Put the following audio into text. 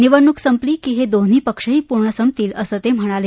निवडणूक संपली की हे दोन्ही पक्षही पूर्ण संपतील असं ते म्हणाले